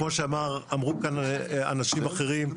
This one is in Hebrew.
כמו שאמרו כאן אנשים אחרים,